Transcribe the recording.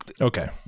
okay